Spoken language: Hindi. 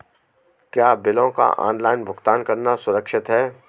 क्या बिलों का ऑनलाइन भुगतान करना सुरक्षित है?